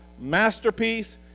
Masterpiece